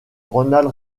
ronald